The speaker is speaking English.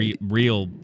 real